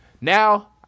Now